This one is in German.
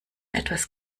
etwas